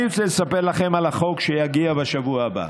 אני רוצה לספר לכם על החוק שיגיע בשבוע הבא,